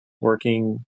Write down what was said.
working